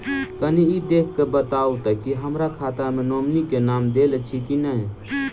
कनि ई देख कऽ बताऊ तऽ की हमरा खाता मे नॉमनी केँ नाम देल अछि की नहि?